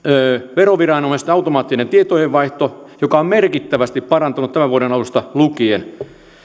veroviranomaisten automaattinen tietojenvaihto joka on merkittävästi parantunut tämän vuoden alusta lukien